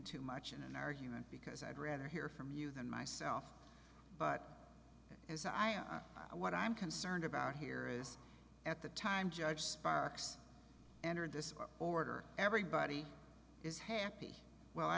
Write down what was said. too much in an argument because i'd rather hear from you than myself but as i am i what i'm concerned about here is at the time judge spock's entered this order everybody is happy well i